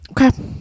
Okay